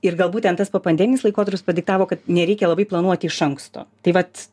ir gal būtent ten tas popandeminis laikotarpis padiktavo kad nereikia labai planuoti iš anksto tai vat